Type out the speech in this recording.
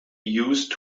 used